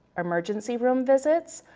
emergency room visits,